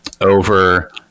over